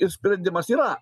ir sprendimas yra